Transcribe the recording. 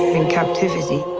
in captivity